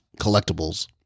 collectibles